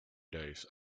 days